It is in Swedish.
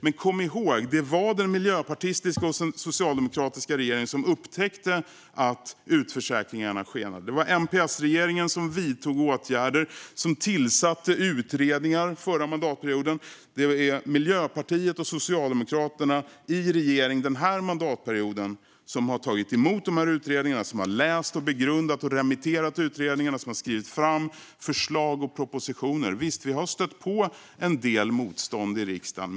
Men kom ihåg: Det var den miljöpartistiska och socialdemokratiska regeringen som upptäckte att utförsäkringarna skenade! Det var MP-S-regeringen som vidtog åtgärder och tillsatte utredningar förra mandatperioden. Det är Miljöpartiet och Socialdemokraterna i regering den här mandatperioden som har tagit emot utredningarna. Det är vi som har läst, begrundat och remitterat dem. Det är vi som har skrivit fram förslag och propositioner. Visst har vi stött på en del motstånd i riksdagen.